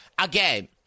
again